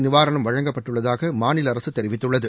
நிவாரணம் வழங்கப்பட்டுள்ளதாக மாநில அரசு தெரிவித்துள்ளது